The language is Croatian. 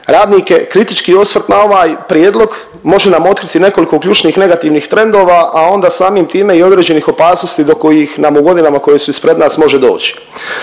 radnike, kritički osvrt na ovaj prijedlog može nam otkriti nekoliko ključnih negativnih trendova, a onda samim time i određenih opasnosti do kojih nam u godinama koje su ispred nas, može doći.